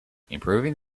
improving